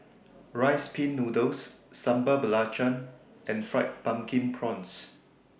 Rice Pin Noodles Sambal Belacan and Fried Pumpkin Prawns